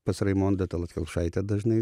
pas raimondą tallat kelpšaitę dažnai